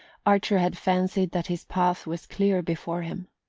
archer had fancied that his path was clear before him.